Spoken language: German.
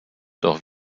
doch